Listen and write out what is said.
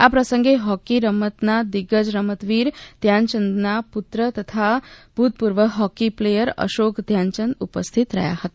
આ પ્રસંગે હોકી રમતના દિઝ્ગજ રમતવીર ધ્યાનચંદના પુત્ર તથા ભૂતપૂર્વ હોકી પ્લેયર અશોક ધ્યાનચંદ ઉપસ્થિત રહ્યા હતા